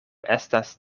estas